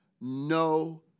no